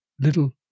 little